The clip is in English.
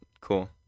cool